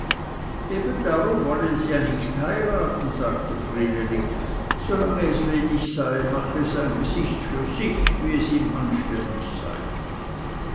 eben darum wolle es ja nicht heiraten sagte vreneli solange es ledig sei mache es ein gesicht für sich wie es ihm gerade anständig sei